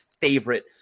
favorite